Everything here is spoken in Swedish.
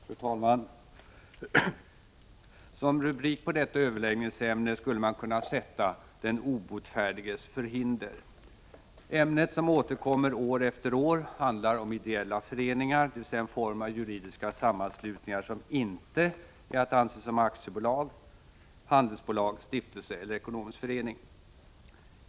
Fru talman! Som rubrik på detta överläggningsämne skulle man kunna sätta ”Den obotfärdiges förhinder”. Detta ämne, som återkommer år efter år, gäller ideella föreningar, dvs. en form av juridiska sammanslutningar som inte är att anse som aktiebolag, handelsbolag, stiftelse eller ekonomisk förening.